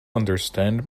understand